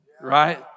right